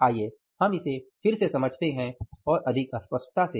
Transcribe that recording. आइए हम इसे फिर से समझते हैं और अधिक स्पष्टता से